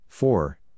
Four